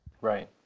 Right